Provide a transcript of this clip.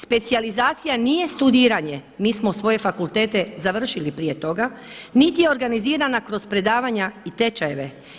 Specijalizacija nije studiranje, mi smo svoje fakultete završili prije toga, niti je organizirana kroz predavanja i tečajeve.